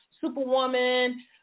Superwoman